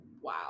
wow